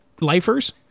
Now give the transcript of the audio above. Lifers